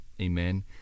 Amen